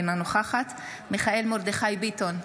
אינה נוכחת מיכאל מרדכי ביטון,